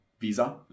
visa